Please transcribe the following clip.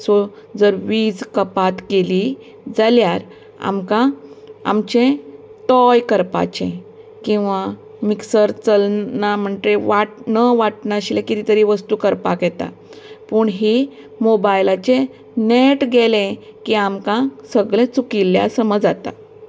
so जर वीज कपात केली जाल्यार आमकां आमचे तोय करपाचे किंवां मिक्सर चलना म्हणटकीर वाट न वाटणा आशिल्ले कितें तरी वस्तूं करपाक येता पूण ही मोबायलाचे नेट गेले की आमकां सगळें चुकिल्ल्या सम जाता